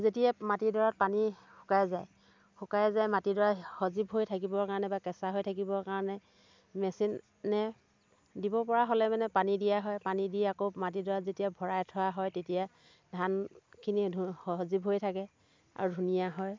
যেতিয়া মাটিডৰাত পানী শুকাই যায় শুকাই যায় মাটিডৰা সজীৱ হৈ থাকিবৰ কাৰণে বা কেঁচা হৈ থাকিবৰ কাৰণে মেচিনে দিব পৰা হ'লে মানে পানী দিয়া হয় পানী দি আকৌ মাটিডৰাত যেতিয়া ভৰাই থোৱা হয় তেতিয়া ধানখিনি ধু সজীৱ হৈ থাকে আৰু ধুনীয়া হয়